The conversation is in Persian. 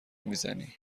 میزنی